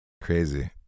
crazy